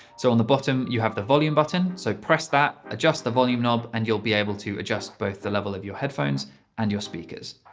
so on the bottom you have the volume button, so press that, adjust the volume knob, and you'll be able to adjust both the level of your headphones and your speakers.